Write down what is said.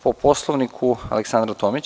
Po Poslovniku Aleksandra Tomić.